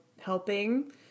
helping